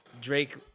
Drake